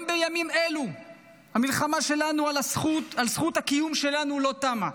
גם בימים אלו המלחמה שלנו על זכות הקיום שלנו לא תמה.